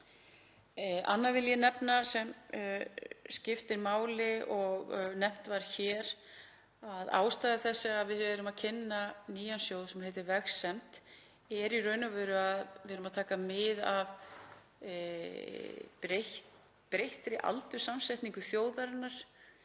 Annað vil ég nefna sem skiptir máli og nefnt var hér. Ástæða þess að við erum að kynna nýjan sjóð sem heitir Vegsemd er í raun og veru sú að við erum að taka mið af breyttri aldurssamsetningu þjóðarinnar.